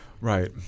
Right